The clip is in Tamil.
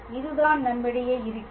இதுதான் நம்மிடையே இருக்கிறது